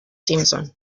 simpson